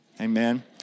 Amen